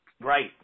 Right